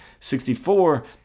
64